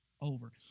over